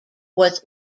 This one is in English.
was